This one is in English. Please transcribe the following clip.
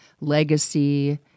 legacy